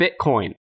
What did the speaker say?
Bitcoin